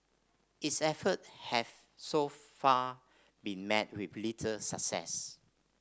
its effort have so far been met with little success